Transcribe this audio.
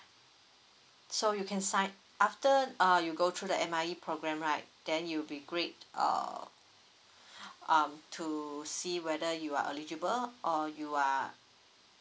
so you can sign after uh you go through the N_I_E programme right then you'll be great uh um to see whether you are eligible or you are